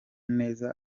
neza